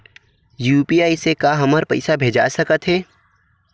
UPI से का हमर पईसा भेजा सकत हे?